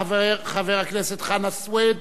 חבר הכנסת חנא סוייד.